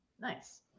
nice